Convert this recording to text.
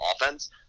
offense